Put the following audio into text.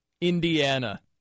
Indiana